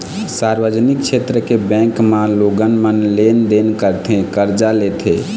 सार्वजनिक छेत्र के बेंक म लोगन मन लेन देन करथे, करजा लेथे